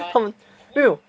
他们没有